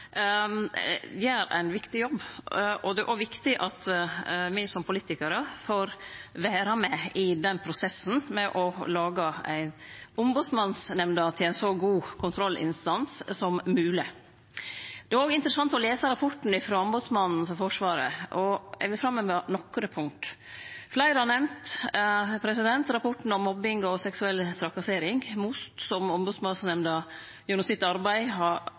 gjer ein viktig jobb, og det er òg viktig at me som politikarar får vere med i prosessen med å lage ombodsmannsnemnda til ein så god kontrollinstans som mogleg. Det er òg interessant å lese rapporten frå Ombodsmannen for Forsvaret, og eg vil framheve nokre punkt. Fleire har nemnt rapporten om mobbing og seksuell trakassering, MOST-rapporten, som